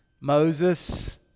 Moses